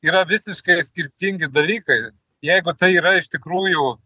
yra visiškai skirtingi dalykai jeigu tai yra iš tikrųjų